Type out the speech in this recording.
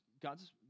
God's